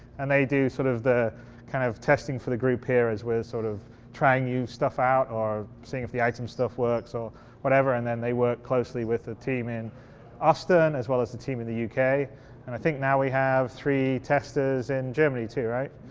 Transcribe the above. and they do sort of the kind of testing for the group here as we're sort of trying new stuff out or seeing if the item stuff works or whatever and then they work closely with the team in austin as well as the team in the yeah uk and i think now we have three testers in germany too, right.